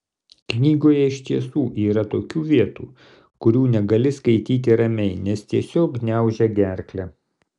knygoje iš tiesų yra tokių vietų kurių negali skaityti ramiai nes tiesiog gniaužia gerklę